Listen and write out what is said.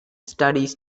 studies